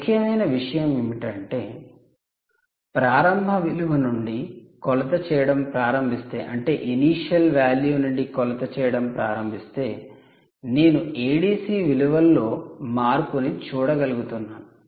ముఖ్యమైన విషయం ఏమిటంటే ప్రారంభ విలువ నుండి కొలత చేయడం ప్రారంభిస్తే నేను ADC విలువల్లో మార్పును చూడగలుగుతున్నాను